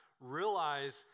realize